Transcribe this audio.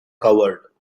coward